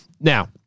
Now